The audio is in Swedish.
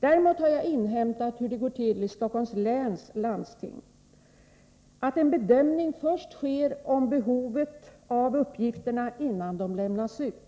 Däremot har jag inhämtat hur det går till i Stockholms läns landsting. Där görs först en bedömning av behovet av uppgifterna innan de lämnas ut.